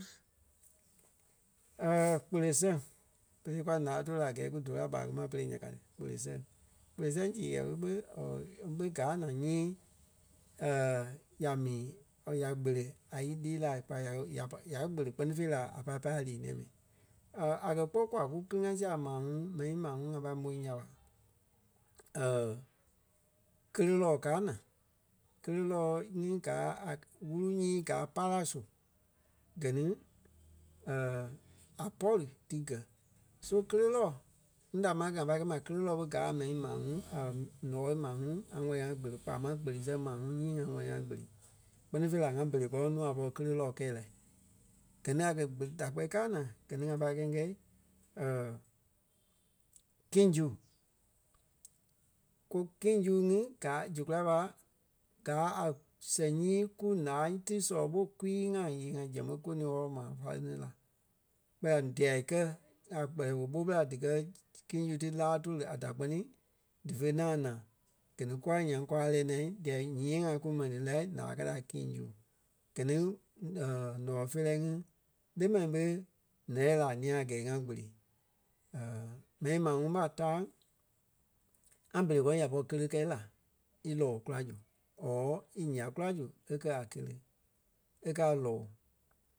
Kpele sɛŋ. Berei kwa láa tóli la a gɛɛ kú doli a ɓaa kɛ ma pere nya ka ti, kpele sɛŋ. Kpele sɛŋ sii yɛlu ɓé ɓe gaa naa nyii ya mii or ya gbele a ílîi laa pa ya- ya pa- ya- gbele kpɛ́ni fêi la a pai pâi a lîi-nɛ̃ɛ mɛni. A kɛ̀ kpɔ́ kwa kú kili-ŋa sia a maa ŋuŋ mɛni maa ŋuŋ ŋá pai môi nya ɓa, kéle lɔɔ káa naa. Kéle lɔ́ɔ nyii gaa a wúru nyii gaa para su. Gɛ ni a pɔri dí gɛ̀. So kéle lɔɔ núu da ma kɛ ŋa pai kɛ ma kéle lɔɔ ɓe gaa a mɛni maa ŋuŋ ǹɔɔi maa ŋuŋ ŋa wɛli ŋá kpele kpaa máŋ kpele sɛŋ maa ŋuŋ nyii ŋa wɛli ŋá gbele. Kpɛ́ni fêi la ŋá berei gɔlɔŋ nuu a pɔri kéle lɔɔ kɛi la. Gɛ ni a kɛ̀ kpeli da kpɛ́li káa naa, gɛ ni ŋa pai kɛi ńyɛɛ king juice. Ko- King juice ŋí gaa zu kulai ɓa, gaa a sɛŋ nyii kú laai ti sɔlɔ ɓo kwii-ŋa yée-ŋa zɛŋ ɓe kúfe ní wɔlɔ maa fáleŋ ti la. Kpɛɛ la día kɛ a kpɛlɛɛ woo ɓó ɓela díkɛ king juice ti láa tóli a da kpɛni dífe ŋaŋ naa. Gɛ ni kûa nyaŋ kwa lɛ́ɛ naa dia nyii ŋai kú mɛni lai ǹaa ka ti a king juice. Gɛ ni ǹɔɔi feerɛ ŋí le mɛni ɓé lɛ́lɛɛ la a ńîa a gɛɛ ŋa kpele. M̀ɛnii maa ŋuŋ ɓa taaŋ: ŋá berei gɔlɔŋ ya pɔri kéle kɛi la í lɔɔ kula zu or í yà kula zu e kɛ̀ a kéle. E kɛ̀ a lɔɔ.